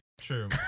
True